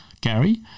Gary